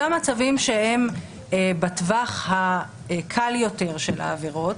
אותם מצבים שהם בטווח הקל יותר של העבירות